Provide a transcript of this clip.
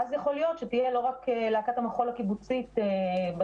ואז יכול להיות שתהיה לא רק להקת המחול הקיבוצית בצפון,